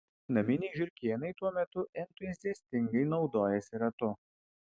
naminiai žiurkėnai tuo metu entuziastingai naudojasi ratu